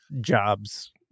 jobs